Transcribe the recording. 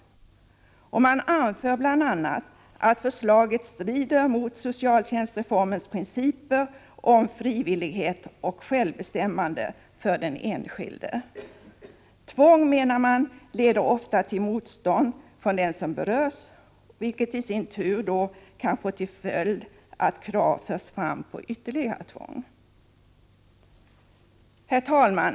Man anför bl.a. att förslaget strider mot socialtjänstreformens principer om frivillighet och självbestämmande för den enskilde. Tvång, menar man, leder ofta till motstånd från den som berörs, vilket i sin tur kan få till följd att krav förs fram på ytterligare tvång. Herr talman!